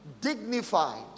dignified